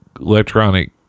electronic